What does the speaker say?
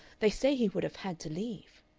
they say he would have had to leave.